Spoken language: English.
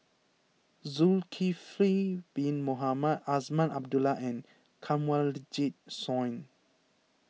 Zulkifli Bin Mohamed Azman Abdullah and Kanwaljit Soin